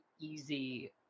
easy